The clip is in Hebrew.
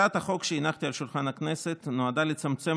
הצעת החוק שהנחתי על שולחן הכנסת נועדה לצמצם